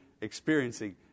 experiencing